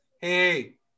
Hey